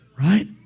Right